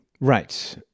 Right